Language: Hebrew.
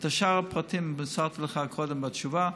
את שאר הפרטים מסרתי לך קודם בתשובה,